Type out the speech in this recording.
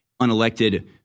unelected